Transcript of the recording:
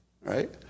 right